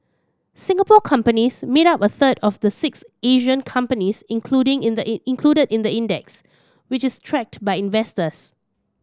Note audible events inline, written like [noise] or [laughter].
Singapore companies made up a third of the six Asian companies including in the [unintelligible] included in the index which is tracked by investors